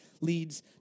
leads